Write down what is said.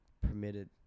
permitted